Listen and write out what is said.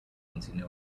continue